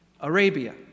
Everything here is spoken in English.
Arabia